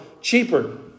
cheaper